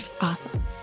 Awesome